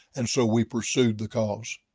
and so we pursued the cause.